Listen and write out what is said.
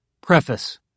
Preface